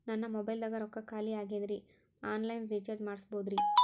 ನನ್ನ ಮೊಬೈಲದಾಗ ರೊಕ್ಕ ಖಾಲಿ ಆಗ್ಯದ್ರಿ ಆನ್ ಲೈನ್ ರೀಚಾರ್ಜ್ ಮಾಡಸ್ಬೋದ್ರಿ?